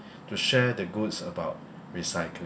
to share the goods about recycling